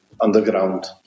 underground